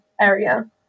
area